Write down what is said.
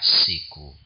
siku